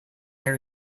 air